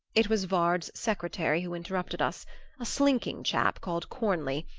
it was vard's secretary who interrupted us a slinking chap called cornley,